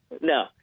No